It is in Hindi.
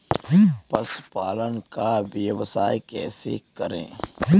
पशुपालन का व्यवसाय कैसे करें?